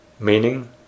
meaning